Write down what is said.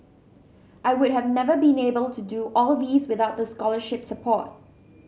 I would have never been able to do all these without the scholarship support